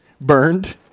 burned